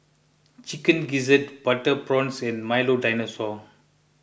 Chicken Gizzard Butter Prawns and Milo Dinosaur